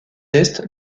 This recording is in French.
est